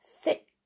thick